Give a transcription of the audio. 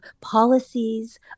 policies